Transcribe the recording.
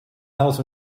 health